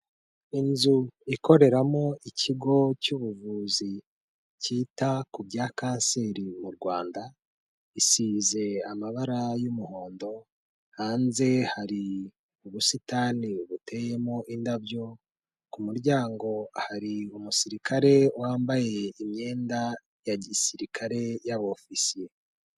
Inzu ikoreramo ikigo cy'ubuvuzi cyita ku bya kanseri mu Rwanda, isize amabara y'umuhondo, hanze hari ubusitani buteyemo indabyo, ku muryango hari umusirikare wambaye imyenda ya gisirikare y'abofisiye.